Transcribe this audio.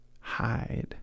hide